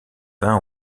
vin